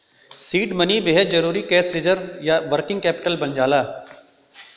seed money बेहद जरुरी cash reserve या वर्किंग कैपिटल बन जाला